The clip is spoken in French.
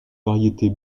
variétés